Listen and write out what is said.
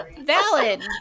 valid